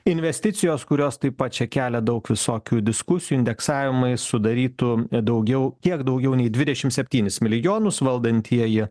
investicijos kurios taip pat čia kelia daug visokių diskusijų indeksavimai sudarytų daugiau kiek daugiau nei dvidešimt septynis milijonus valdantieji